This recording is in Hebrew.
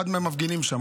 אחד מהמפגינים שם,